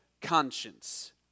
conscience